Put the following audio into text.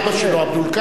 עבד אל-קאדר,